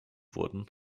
wurden